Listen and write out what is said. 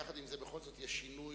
עם זה, בכל זאת יש שינוי.